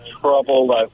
troubled